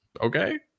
okay